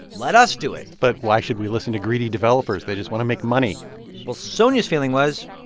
let us do it but why should we listen to greedy developers? they just want to make money well, sonja's feeling was,